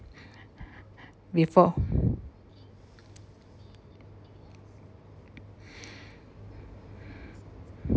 before